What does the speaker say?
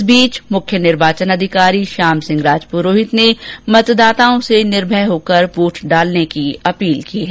इस बीच मुख्य निर्वाचन अधिकारी श्याम सिंह राजपुरोहित ने मतदाताओं से निर्भय होकर वोट डालने की अपील की है